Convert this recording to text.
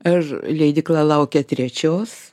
ir leidykla laukia trečios